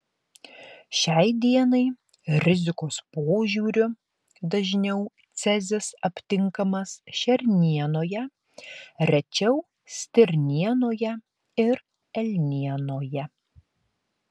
šiai dienai rizikos požiūriu dažniau cezis aptinkamas šernienoje rečiau stirnienoje ir elnienoje